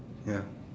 ya